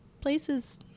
places